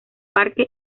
parque